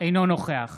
אינו נוכח